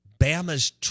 Bama's